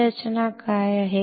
ही रचना काय आहे